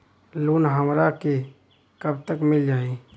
Loan हमरा के कब तक मिल जाई?